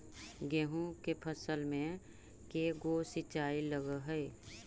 गेहूं के फसल मे के गो सिंचाई लग हय?